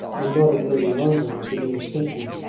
and not of lady ongar's, that he was thinking.